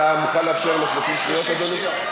אתה מוכן לאפשר לו 30 שניות, אדוני?